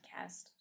podcast